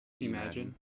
Imagine